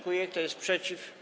Kto jest przeciw?